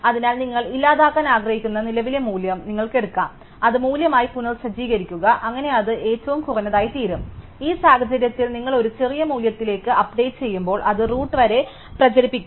അതിനാൽ നിങ്ങൾ ഇല്ലാതാക്കാൻ ആഗ്രഹിക്കുന്ന നിലവിലെ മൂല്യം നിങ്ങൾക്ക് എടുക്കാം അത് മൂല്യമായി പുനസജ്ജീകരിക്കുക അങ്ങനെ അത് ഏറ്റവും കുറഞ്ഞതായിത്തീരും ഈ സാഹചര്യത്തിൽ നിങ്ങൾ ഒരു ചെറിയ മൂല്യത്തിലേക്ക് അപ്ഡേറ്റ് ചെയ്യുമ്പോൾ അത് റൂട്ട് വരെ പ്രചരിപ്പിക്കും